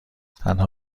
تنها